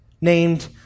named